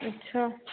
अच्छा